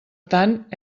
tant